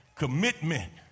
commitment